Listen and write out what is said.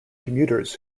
commuters